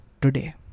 today